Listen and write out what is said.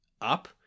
up